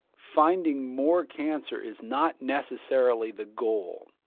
finding more cancer is not necessarily the goal.